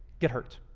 get hurt.